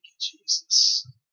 Jesus